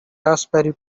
raspberry